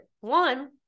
One